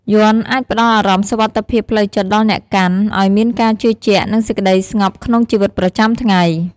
យន្តអាចផ្ដល់អារម្មណ៍សុវត្ថិភាពផ្លូវចិត្តដល់អ្នកកាន់ ឲ្យមានការជឿជាក់ និងសេចក្តីស្ងប់ក្នុងជីវិតប្រចាំថ្ងៃ។